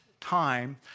time